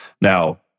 Now